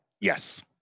Yes